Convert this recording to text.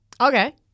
Okay